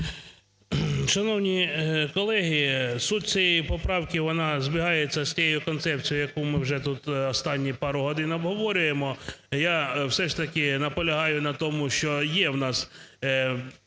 Шановні колеги, суть цієї поправки, вона збігається з тією концепцією, яку ми вже тут останні пару годин обговорюємо. Я все ж таки наполягаю на тому, що є в нас